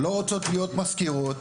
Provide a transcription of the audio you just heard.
לא רוצות להיות מזכירות,